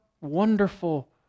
wonderful